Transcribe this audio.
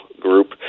group